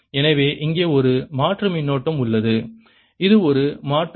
எனவே இங்கே ஒரு மாற்று மின்னோட்டம் உள்ளது இது ஒரு மாற்று ஈ